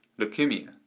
leukemia